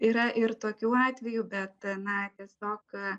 yra ir tokių atvejų bet na tiesiog